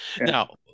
Now